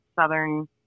southern